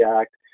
Act